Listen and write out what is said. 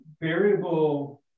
variable